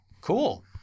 Cool